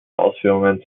ausführungen